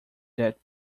that